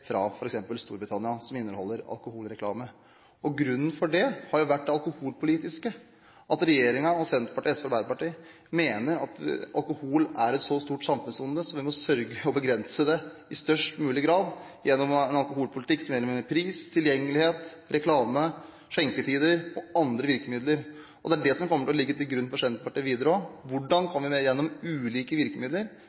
fra f.eks. Storbritannia, som inneholder alkoholreklame. Grunnen til det er det alkoholpolitiske, at regjeringen, Senterpartiet, SV og Arbeiderpartiet, mener at alkohol er et så stort samfunnsonde at vi må sørge for å begrense det i størst mulig grad gjennom en alkoholpolitikk som omfatter pris, tilgjengelighet, reklame, skjenketider og andre virkemidler. Det er dette som kommer til å ligge til grunn for Senterpartiet videre: Hvordan